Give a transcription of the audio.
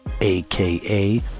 aka